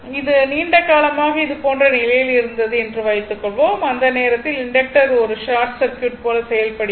இது நீண்ட காலமாக இது போன்ற நிலையில் இருந்தது என்று வைத்துக்கொள்வோம் அந்த நேரத்தில் இண்டக்டர் ஒரு ஷார்ட் சர்க்யூட் போல செயல்படுகிறது